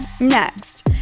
next